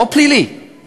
לא פלילי,